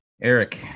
Eric